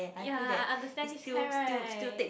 ya understand this kind right